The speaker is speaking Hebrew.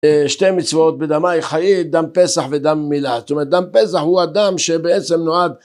שתי מצוות בדמאי חאי דם פסח ודם מילה זאת אומרת דם פסח הוא אדם שבעצם נועד